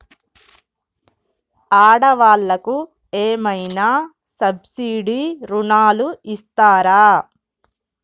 ఆడ వాళ్ళకు ఏమైనా సబ్సిడీ రుణాలు ఇస్తారా?